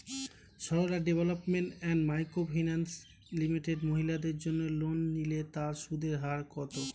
Sarala development and micro finance limited মহিলাদের জন্য loan নিলে তার সুদের হার কত?